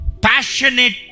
Passionate